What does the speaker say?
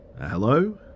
Hello